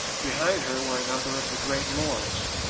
behind her were a number of the great lords,